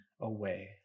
away